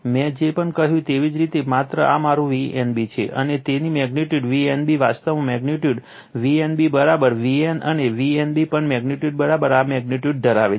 મેં જે પણ કહ્યું તેવી જ રીતે માત્ર આ મારું Vnb છે અને તેમની મેગ્નિટ્યુડ Vnb વાસ્તવમાં મેગ્નિટ્યુડ Vnb Vn અને Vnb પણ મેગ્નિટ્યુડ આ મેગ્નિટ્યુડ ધરાવે છે